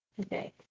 Okay